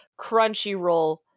Crunchyroll